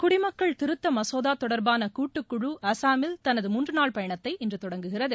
குடிமக்கள் திருத்த மசோதா தொடர்பான கூட்டுக்குழு அளாமில் தனது மூன்று நாள் பயணத்தை இன்று தொடங்குகிறது